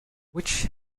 which